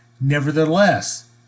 Nevertheless